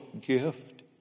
gift